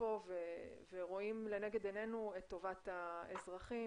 כאן ורואים לנגד עינינו את טובת האזרחים